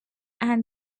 and